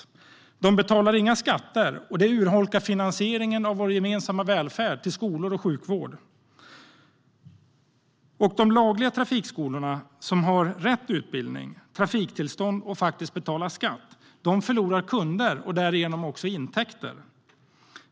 De olagliga trafikskolorna betalar inga skatter, och det urholkar finansieringen av vår gemensamma välfärd, av skolor och sjukvård.De lagliga trafikskolorna där man har rätt utbildning, trafiktillstånd och betalar skatt förlorar kunder och därigenom också intäkter.